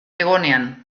egonean